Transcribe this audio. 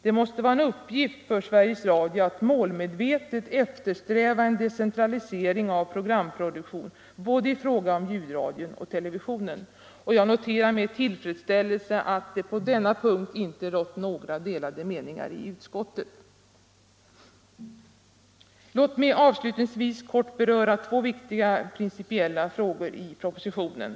Det måste vara en uppgift för Sveriges Radio att målmedvetet eftersträva en decentralisering av programproduktion både i fråga om ljudradion och televisionen. Jag noterar med tillfredsställelse att det på denna punkt inte rått några delade meningar i utskottet. Låt mig avslutningsvis kort beröra två viktiga principiella frågor i propositionen.